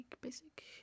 basic